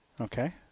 okay